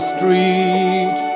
Street